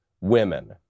women